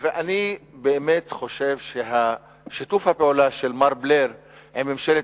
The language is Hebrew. אני באמת חושב ששיתוף הפעולה של מר בלייר עם ממשלת